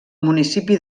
municipi